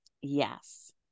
Yes